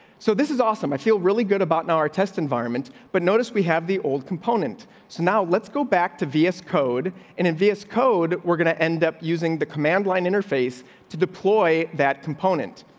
so this is awesome. i feel really good about now our test environment, but notice we have the old component. so now let's go back to v s code and envious code. we're gonna end up using the command line interface to deploy that component.